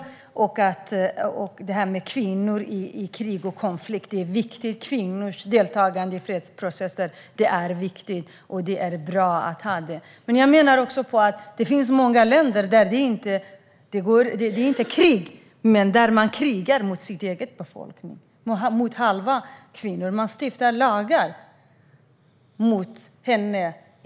Vad gäller krig och konflikter är kvinnors deltagande i fredsprocesser viktigt och bra. Det finns dock många länder där det inte råder krig men där man krigar mot sin egen befolkning, eller i alla fall hälften av den, nämligen mot kvinnorna. Man stiftar lagar mot kvinnor.